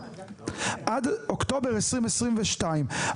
עד אוקטובר 2022,